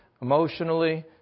emotionally